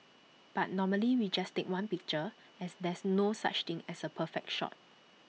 but normally we just take one picture as there's no such thing as A perfect shot